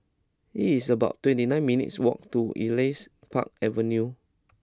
It's about twenty nine minutes' walk to Elias Park Avenue